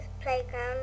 playground